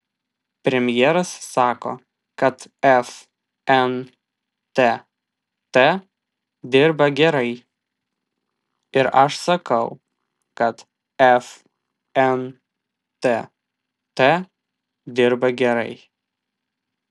premjeras sako kad fntt dirba gerai ir aš sakau kad fntt dirba gerai